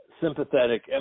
sympathetic